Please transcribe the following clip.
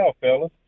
fellas